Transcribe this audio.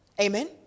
Amen